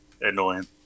annoying